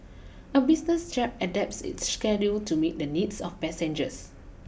a business jet adapts its schedule to meet the needs of passengers